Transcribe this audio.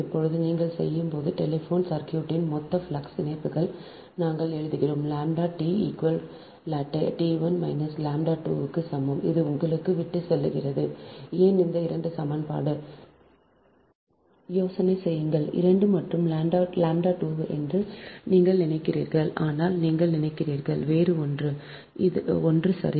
இப்போது நீங்கள் செய்யும் போது டெலிபோன் சர்க்யூட்டின் மொத்த ஃப்ளக்ஸ் இணைப்புகள் நாங்கள் எழுதுகிறோம் λ T equal T 1 மைனஸ் λ 2 க்கு சமம் இது உங்களுக்கு விட்டுச்செல்கிறது ஏன் இந்த 2 சமன்பாடு யோசனை செய்யிங்கள் 2 மற்றும் λ 2 என்று நீங்கள் நினைக்கிறீர்கள் ஆனால் நீங்கள் நினைக்கிறீர்கள் வேறு ஒன்று ஒன்று சரி